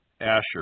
Asher